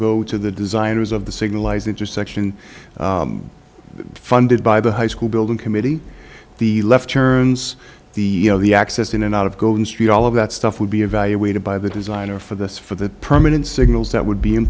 go to the designers of the signalized intersections funded by the high school building committee the left turns the the access in and out of go in street all of that stuff would be evaluated by the designer for this for the permanent signals that would be in